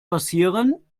passieren